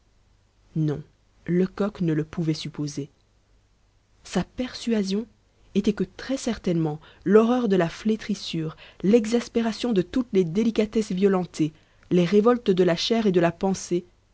non lecoq ne le pouvait supposer sa persuasion était que très-certainement l'horreur de la flétrissure l'exaspération de toutes les délicatesses violentées les révoltes de la chair et de la pensée